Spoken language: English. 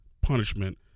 punishment